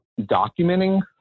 documenting